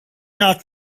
not